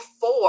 four